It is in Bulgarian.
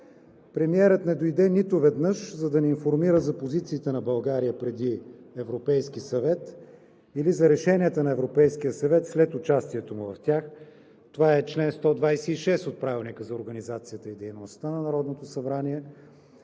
Премиерът не дойде нито веднъж, за да ни информира за позициите на България преди Европейския съвет или за решенията на Европейския съвет след участието му в тях. Това е чл. 126 от Правилника за организацията и дейността на Народното събрание.